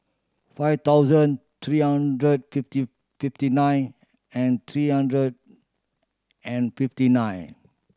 five thousand three hundred fifty fifty nine and three hundred and fifty nine